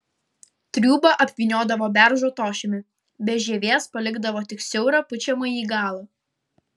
triūbą apvyniodavo beržo tošimi be žievės palikdavo tik siaurą pučiamąjį galą